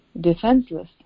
defenseless